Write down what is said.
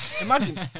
Imagine